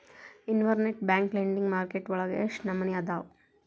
Internet bank lending market ವಳಗ ಎಷ್ಟ್ ನಮನಿಅದಾವು?